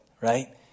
right